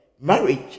Marriage